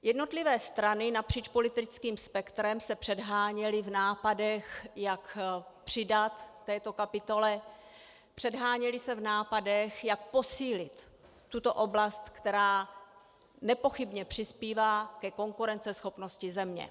Jednotlivé strany napříč politickým spektrem se předháněly v nápadech, jak přidat v této kapitole, předháněly se v nápadech, jak posílit tuto oblast, která nepochybně přispívá ke konkurenceschopnosti země.